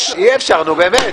אי-אפשר, נו באמת.